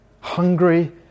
Hungry